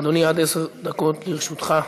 אדוני, עד עשר דקות לרשותך.